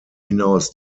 hinaus